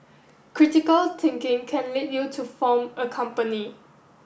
critical thinking can lead you to form a company